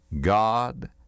God